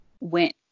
went